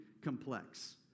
complex